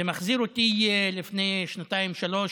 זה מחזיר אותי אל לפני שנתיים-שלוש,